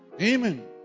Amen